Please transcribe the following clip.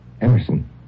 Emerson